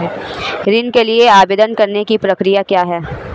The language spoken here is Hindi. ऋण के लिए आवेदन करने की प्रक्रिया क्या है?